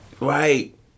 Right